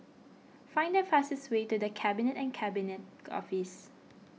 find the fastest way to the Cabinet and Cabinet Office